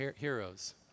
heroes